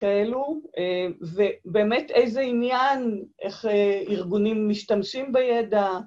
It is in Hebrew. כאלו, ובאמת איזה עניין, איך ארגונים משתמשים בידע